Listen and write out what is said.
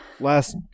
Last